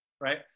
right